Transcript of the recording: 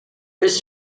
this